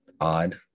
odd